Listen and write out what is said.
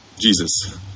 Jesus